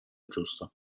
giusto